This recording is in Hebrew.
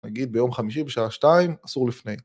‫נגיד ביום חמישי בשעה שתיים, ‫אסור לפני.